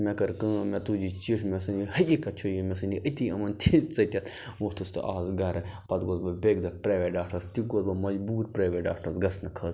مےٚ کٔر کٲم مےٚ تُج یہِ چِٹھۍ مےٚ ژھٕنۍ یہِ حقیقت چھو یہِ مےٚ ژھٕنۍ یہِ أتۍ یِمَن تھی ژٔٹِتھ ووٚتھُس تہِ آوُس گَرٕ پتہٕ گوس بہٕ بیٚکہِ دۄہ پرٛایویٹ ڈاکٹرَس تہِ گوس بہٕ مجبوٗر پرٛایویٹ ڈاکٹَرس گژھنہٕ خٲطرٕ